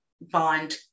bond